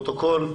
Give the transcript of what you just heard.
לפרוטוקול.